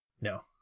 no